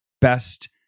best